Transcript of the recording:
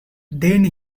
then